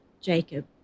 Jacob